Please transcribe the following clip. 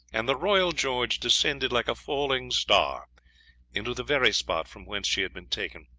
and the royal george descended like a falling star into the very spot from whence she had been taken.